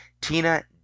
Tina